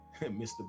Mr